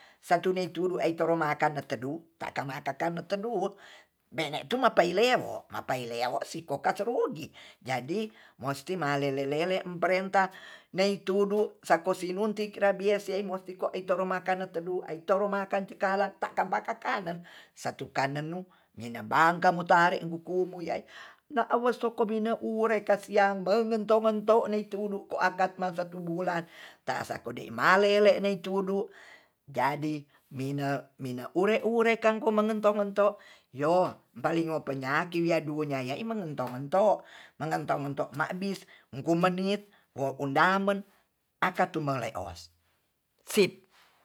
Satu nei turu ai toro ai toro maka netedu takan maka no tedu bene turma peilero mapailea wo siko surugi jadi mosti mali lele-lele parentah nei tudu sako sinuntik rabnies sieng musti kwa itoro makana itedu aitoro makan cakalang ta ka bakar kanen satu kane'nu nine bangka mu tarek gukumu ya i na awal soko mine ure kasiang mengentou-ngentou ne tudu ko akat ma satu bula ta sode malei le lei nei tudu jadi mine mine ure-urekang ko mengento ngento yo balingo penyaki wiya dunia ya i mengento mento, mengento mento ma'bis ukumenit woundamen pacartu mele os sip